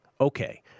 Okay